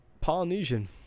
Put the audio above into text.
Polynesian